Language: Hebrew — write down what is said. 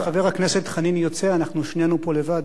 חבר הכנסת חנין יוצא, אנחנו שנינו פה לבד,